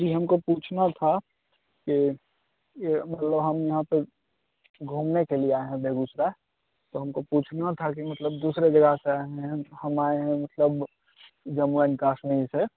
जी हमको पूछना था कि ये मतलब हम यहाँ पर घूमने के लिए आएँ हैं बेगूसराय तो हमको पूछना था कि मतलब दूसरे जगह से आएँ हैं हम आएँ हैं मतलब जम्मू एंड काश्मीर से